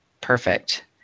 perfect